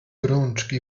rączki